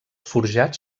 forjats